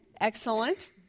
Excellent